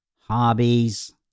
hobbies